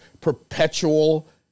perpetual